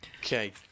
Okay